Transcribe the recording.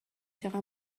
چقدر